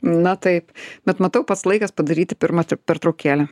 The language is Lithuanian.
na taip bet matau pats laikas padaryti pirmą pertraukėlę